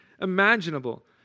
imaginable